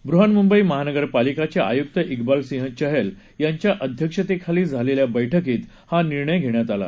बृहन्मुंबई महानगर पालिकाचे आयुक्त क्रिबाल सिंह चहल यांच्या अध्यक्षतेखाली झालेल्या बक्कीत हा निर्णय घेण्यात आला